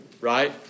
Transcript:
right